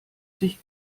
sich